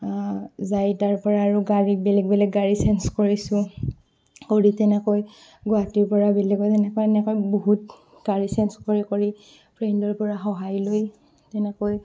যাই তাৰপৰা আৰু গাড়ী বেলেগ বেলেগ গাড়ী চেঞ্জ কৰিছোঁ কৰি তেনেকৈ গুৱাহাটীৰ পৰা বেলেগ এনেকুৱা বহুত গাড়ী চেঞ্জ কৰি কৰি ফ্ৰেণ্ডৰ পৰা সহায় লৈ তেনেকৈ